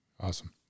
Awesome